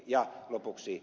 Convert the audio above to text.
ja lopuksi